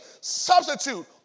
substitute